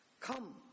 Come